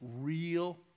real